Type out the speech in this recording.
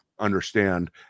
Understand